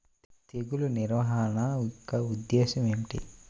తెగులు నిర్వహణ యొక్క ఉద్దేశం ఏమిటి?